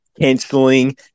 canceling